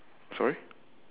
sorry